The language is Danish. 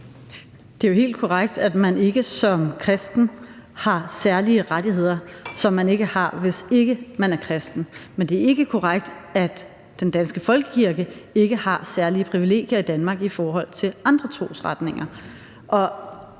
Det er jo helt korrekt, at man ikke som kristen har særlige rettigheder, som man ikke har, hvis ikke man er kristen. Men det er ikke korrekt, at den danske folkekirke ikke har særlige privilegier i Danmark i forhold til andre trosretninger.